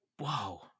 Wow